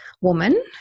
woman